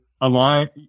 align